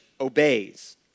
obeys